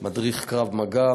מדריך קרב מגע,